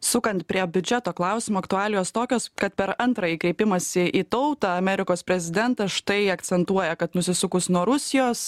sukant prie biudžeto klausimo aktualijos tokios kad per antrąjį kreipimąsi į tautą amerikos prezidentas štai akcentuoja kad nusisukus nuo rusijos